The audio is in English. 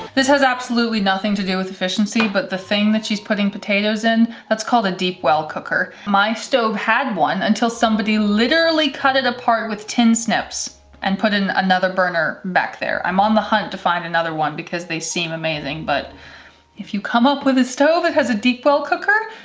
this has absolutely nothing to do with efficiency. but the thing that she's putting potatoes in, that's called a deep well cooker. my stove had one until somebody literally cut it apart with tin snips and put in another burner back there, i'm on the hunt to find another one because they seem amazing. but if you come up with a stove that has a deep well cooker,